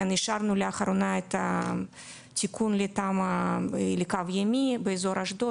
אישרנו לאחרונה את התיקון לקו ימי באזור אשדוד,